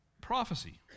prophecy